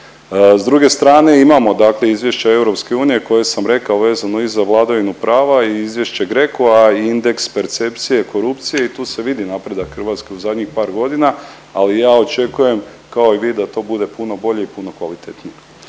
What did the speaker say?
S druge strane imamo dakle izvješće EU koje sam rekao vezano i za vladavinu prava i izvješće GRECO-a i indeks percepcije i korupcije i tu se vidi napredak Hrvatske u zadnjih par godina, ali ja očekujem kao i vi da to bude puno bolje i puno kvalitetnije.